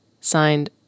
Signed